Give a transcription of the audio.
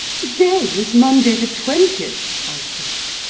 to-day is monday the twentieth, i said.